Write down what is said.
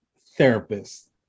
therapist